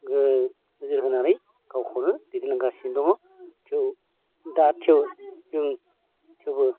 नोजोर होनानै गावखौनो दैदेनलांगासिनो दङ दा थेव जों थेवबो